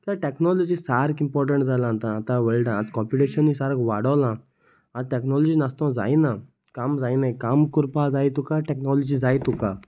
त्या टॅक्नोलॉजी सारक इंपोर्टंट जालां आतां आतां वल्डान आत कॉंपिटीशनूय सारक वाडोलां आत टॅक्नोलॉजी नासतो जायना काम जायनाय काम करपा जाय तुका टॅक्नोलॉजी जाय तुका